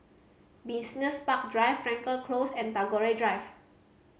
Business Park Drive Frankel Close and Tagore Drive